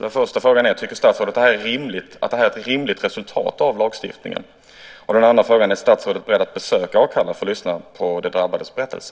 Den första frågan är: Tycker statsrådet att det här är ett rimligt resultat av lagstiftningen? Den andra frågan är: Är statsrådet beredd att besöka Akalla för att lyssna på de drabbades berättelse?